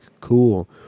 cool